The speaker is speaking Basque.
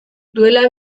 duela